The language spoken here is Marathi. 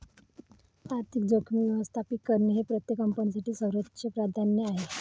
आर्थिक जोखीम व्यवस्थापित करणे हे प्रत्येक कंपनीसाठी सर्वोच्च प्राधान्य आहे